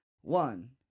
one